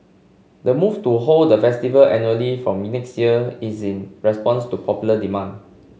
the move to hold the festival annually from me next year is in response to popular demand